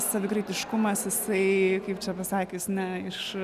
savikritiškumas jisai kaip čia pasakius ne iš